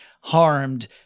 harmed